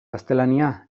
gaztelania